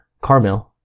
Carmel